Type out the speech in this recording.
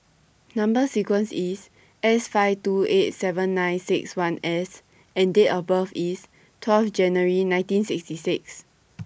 Number sequence IS S five two eight seven nine six one S and Date of birth IS twelve January nineteen sixty six